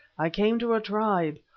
i came to a tribe,